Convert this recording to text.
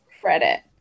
credit